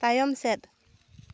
ᱛᱟᱭᱚᱢ ᱥᱮᱫ